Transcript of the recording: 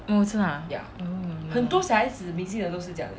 oh 真的啊 oh